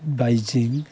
Beijing